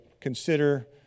consider